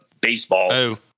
baseball